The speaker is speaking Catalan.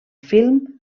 film